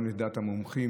גם לדעת המומחים,